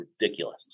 ridiculous